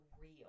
real